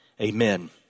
Amen